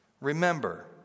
remember